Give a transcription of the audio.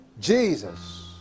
Jesus